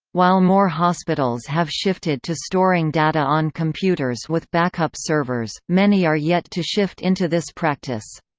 while more hospitals have shifted to storing data on computers with backup servers, many are yet to shift into this practice.